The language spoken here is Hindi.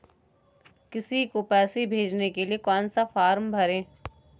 किसी को पैसे भेजने के लिए कौन सा फॉर्म भरें?